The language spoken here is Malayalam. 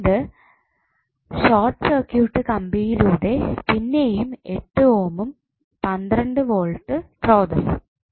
ഇത് ഷോർട്ട് സർക്യൂട്ട് കമ്പിയിലൂടെ പിന്നെയും 8 ഓമും 12 വോൾട് സ്രോതസ്സും